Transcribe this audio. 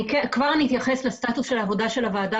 אני כבר התייחס לסטטוס עבודת הוועדה